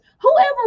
whoever